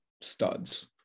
studs